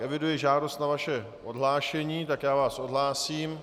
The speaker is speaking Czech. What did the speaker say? Eviduji žádost na vaše odhlášení, tak vás odhlásím.